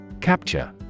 Capture